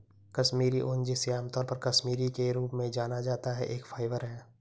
कश्मीरी ऊन, जिसे आमतौर पर कश्मीरी के रूप में जाना जाता है, एक फाइबर है